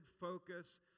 focus